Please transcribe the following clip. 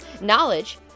Knowledge